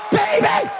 baby